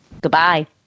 Goodbye